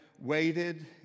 waited